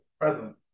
Present